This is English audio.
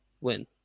win